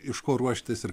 iš ko ruoštis ir